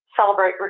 Celebrate